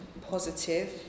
positive